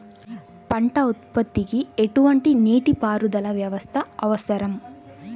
పంట ఉత్పత్తికి ఎటువంటి నీటిపారుదల వ్యవస్థ అవసరం?